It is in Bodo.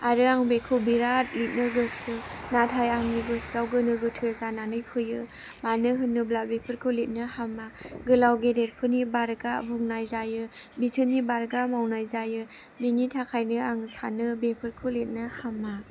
आरो आं बेखौ बिराद लिरनो गोसो नाथाय आंनि गोसोआव गोनो गोथो जानानै फैयो मानो होनोब्ला बेफोरखौ लिरनो हामा गोलाव गेदेरफोरनि बारगा बुंनाय जायो बिसोरनि बारगा मावनाय जायो बेनि थाखायनो आं सानो बेफोरखौ लिरनो हामा